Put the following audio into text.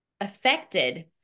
affected